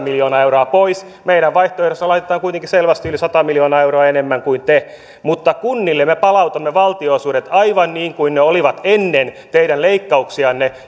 miljoonaa euroa pois meidän vaihtoehdossamme laitetaan kuitenkin selvästi yli sata miljoonaa euroa enemmän kuin te laitatte mutta kunnille me palautamme valtionosuudet aivan niin kuin ne olivat ennen teidän leikkauksianne